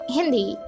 Hindi